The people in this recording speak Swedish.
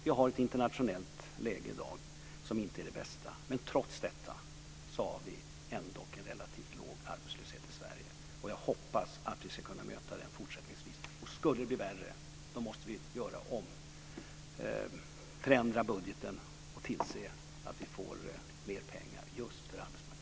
Vi har ett internationellt läge i dag som inte är det bästa. Men trots detta har vi en relativt låg arbetslöshet i Sverige. Och jag hoppas att vi fortsättningsvis ska kunna möta detta. Skulle det bli värre måste vi förändra budgeten och tillse att vi får mer pengar just för arbetsmarknadspolitiken.